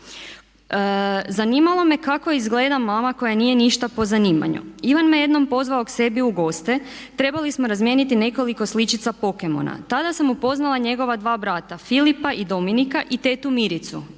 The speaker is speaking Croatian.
Zanimalo me kako izgleda mama koja nije ništa po zanimanju. Ivan me jednom pozvao k sebi u goste. Trebali smo razmijeniti nekoliko sličica pokemona. Tada sam upoznala njegova dva brata, Filipa i Dominika i tetu Miricu,